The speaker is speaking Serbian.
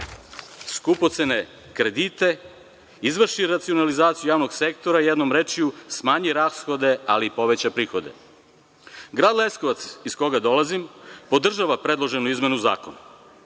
skupocene kredite, izvrši racionalizaciju javnog sektora i jednom rečju smanji rashode, ali poveća prihode. Grad Leskovac, iz koga dolazim, podržava predloženu izmenu zakona.